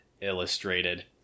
Illustrated